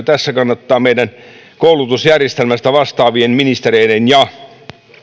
tässä kannattaa meidän koulutusjärjestelmästä vastaavien ministereiden ja